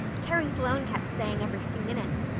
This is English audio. carrie sloane kept saying every few minutes,